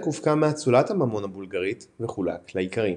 הופקע מאצולת הממון הבולגרית וחולק לאיכרים.